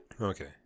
Okay